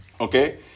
Okay